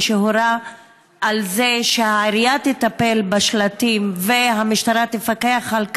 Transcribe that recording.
כשהורה על זה שהעירייה תטפל בשלטים והמשטרה תפקח על כך,